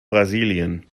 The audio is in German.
brasilien